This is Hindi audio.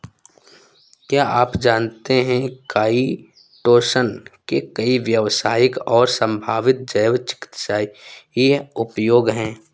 क्या आप जानते है काइटोसन के कई व्यावसायिक और संभावित जैव चिकित्सीय उपयोग हैं?